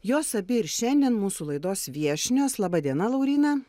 jos abi ir šiandien mūsų laidos viešnios laba diena lauryna